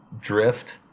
drift